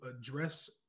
address